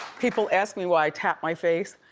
people ask me why i tap my face.